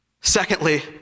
secondly